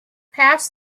pass